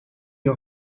you